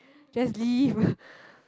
just leave